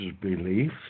belief